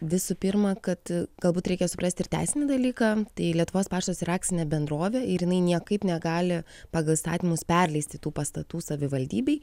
visų pirma kad galbūt reikia suprasti ir teisinį dalyką tai lietuvos paštas yra akcinė bendrovė ir jinai niekaip negali pagal įstatymus perleisti tų pastatų savivaldybei